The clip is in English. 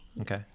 Okay